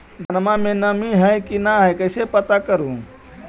धनमा मे नमी है की न ई कैसे पात्र कर हू?